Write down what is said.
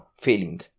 failing